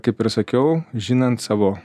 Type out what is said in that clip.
kaip ir sakiau žinant savo